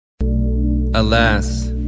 Alas